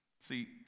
See